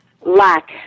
Lack